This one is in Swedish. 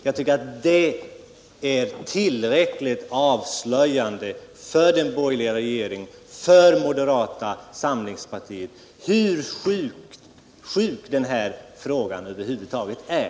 Jag tycker au det är tillräckligt avslöjande för den borgerliga regeringen och för moderata samlingspartiot, avslöjande för hur sjuk den här trågan är.